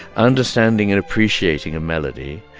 understanding and appreciating a melody,